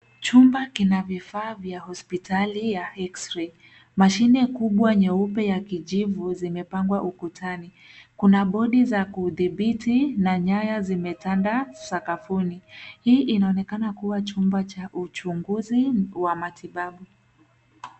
Chumba kinavifaa vywa hospitali ya x-ray . Mashini kubwa nyeupe yakijivu zimepagwa ukutani. Kuna bodi zakudhbiti na nyaya zimetanda sakafuni. Hii inaonekana kuwa chumba cha uchunguzi wa matibabu.